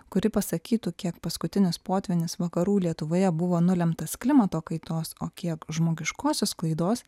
kuri pasakytų kiek paskutinis potvynis vakarų lietuvoje buvo nulemtas klimato kaitos o kiek žmogiškosios klaidos